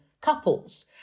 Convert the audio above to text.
couples